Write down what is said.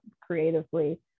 creatively